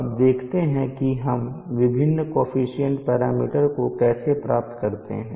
अब देखते हैं कि हम विभिन्न कोअफिशन्ट पैरामीटर्स को कैसे प्राप्त करते हैं